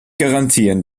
garantieren